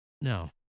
No